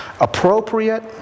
appropriate